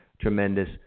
tremendous